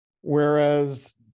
whereas